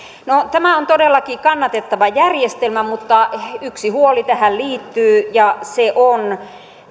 tämä on todellakin kannatettava järjestelmä mutta yksi huoli tähän liittyy ja se on